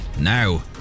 now